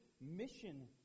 mission